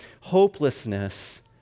hopelessness